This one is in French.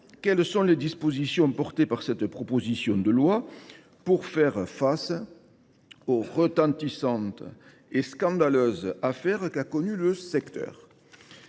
Quelles sont les dispositions contenues dans cette proposition de loi pour faire face aux retentissantes et scandaleuses affaires qu’a connues le secteur ?